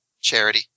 Charity